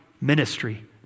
ministry